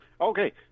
Okay